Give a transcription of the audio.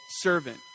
servant